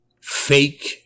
fake